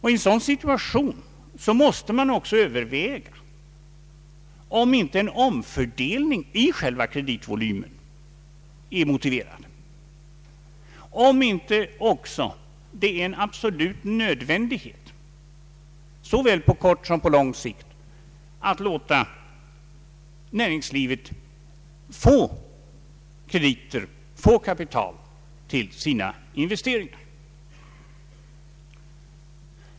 I en sådan situation måste man också överväga huruvida inte en omfördelning inom själva kreditvolymen är motiverad; om det inte också är en absolut nödvändighet, såväl på kort som på lång sikt, att låta näringslivet få krediter, få kapital, till sina investeringar.